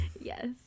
yes